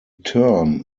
term